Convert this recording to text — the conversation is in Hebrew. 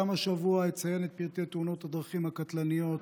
גם השבוע אציין את פרטי תאונות הדרכים הקטלניות.